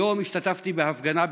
היום השתתפתי בהפגנה,